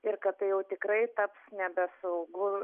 ir kad tai jau tikrai taps nebesaugu